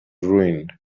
ruined